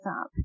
up